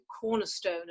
cornerstone